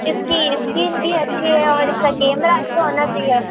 इसकी स्क्रीन भी अच्छी है और इसका कैमरा अच्छा होना चाहिए